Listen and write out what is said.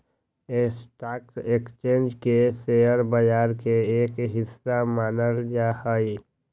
stock exchange के share बाजार के एक हिस्सा मानल जा हई